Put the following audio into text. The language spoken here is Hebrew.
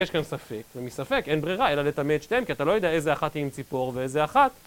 יש כאן ספק, ומספק, אין ברירה, אלא לטמא את שתיהן, כי אתה לא יודע איזה אחת היא עם ציפור ואיזה אחת...